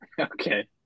Okay